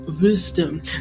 wisdom